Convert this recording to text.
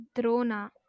drona